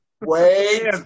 Wait